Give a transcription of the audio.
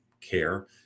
care